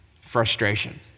frustration